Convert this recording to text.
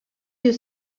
you